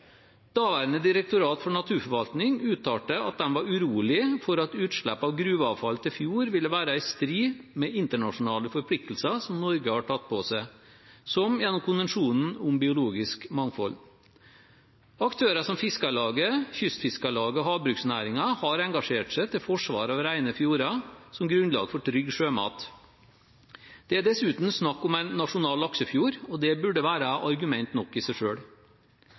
Daværende Direktoratet for naturforvaltning uttalte at de var urolige for at utslipp av gruveavfall til fjord ville være i strid med internasjonale forpliktelser som Norge har tatt på seg, som gjennom konvensjonen om biologisk mangfold. Aktører som Fiskarlaget, Kystfiskarlaget og havbruksnæringen har engasjert seg til forsvar av rene fjorder som grunnlag for trygg sjømat. Det er dessuten snakk om en nasjonal laksefjord, og det burde være argument nok i seg